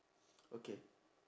okay